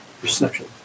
Perception